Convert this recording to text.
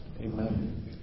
Amen